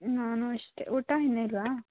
ನಾನು ಅಷ್ಟೇ ಊಟ ಇನ್ನು ಇಲ್ವಾ